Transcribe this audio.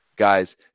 Guys